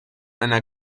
einer